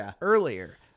earlier